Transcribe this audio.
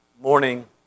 morning